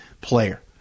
player